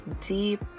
deep